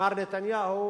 מר נתניהו